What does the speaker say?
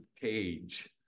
cage